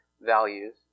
values